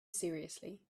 seriously